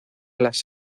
las